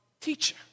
teacher